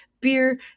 beer